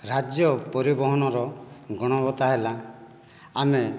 ରାଜ୍ୟ ପରିବହନର ଗୁଣବତ୍ତା ହେଲା ଆମେ